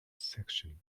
section